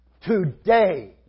Today